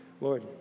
Lord